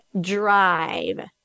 drive